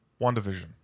WandaVision